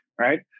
Right